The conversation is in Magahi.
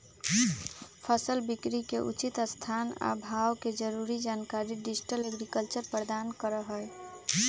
फसल बिकरी के उचित स्थान आ भाव के जरूरी जानकारी डिजिटल एग्रीकल्चर प्रदान करहइ